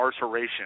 incarceration